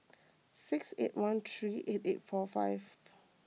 six eight one three eight eight four five